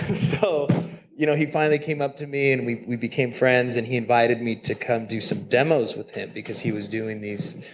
so you know he finally came up to me and we we became friends, and he invited me to come do some demos with him, because he was doing these,